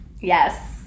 Yes